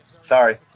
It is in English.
sorry